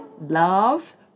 love